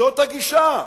זאת הגישה.